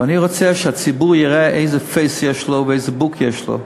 ואני רוצה שהציבור יראה איזה "פייס" יש לו ואיזה "בוק" יש לו,